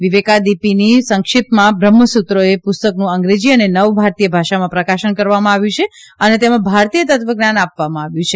વિવેકાદીપીની સંક્ષિપ્તમાં બ્રહ્મસુત્રોએ પુસ્તકનું અંગ્રેજી અને નવ ભારતીય ભાષામાં પ્રકાશન કરવામાં આવ્યું છે અને તેમાં ભારતીય તત્વજ્ઞાન આપવામાં આવ્યું છે